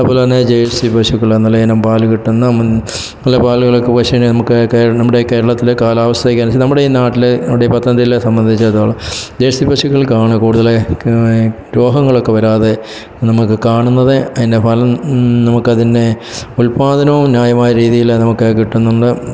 അതുപോലെ തന്നെ ജേഴ്സി പശുക്കൾ നല്ല ഇനം പാൽ കിട്ടുന്ന പല പാലുകളും പശുവിനെ നമുക്ക് നമ്മുടെ കേരളത്തിലെ കാലാവസ്ഥയ്ക്കനുസരിച്ച് നമ്മുടെ ഈ നാട്ടിൽ നമ്മുടെ ഈ പത്തനംതിട്ടയിലെ സംബന്ധിച്ചിടത്തോളം ജേഴ്സി പശുക്കൾക്കാണ് കൂടുതൽ രോഗങ്ങളൊക്കെ വരാതെ നമുക്ക് കാണുന്നത് അതിൻ്റെ പാലും നമുക്ക് അതിനെ ഉൽപ്പാദനവും ന്യായമായ രീതിയിൽ നമുക്ക് കിട്ടുന്നുണ്ട്